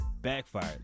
Backfired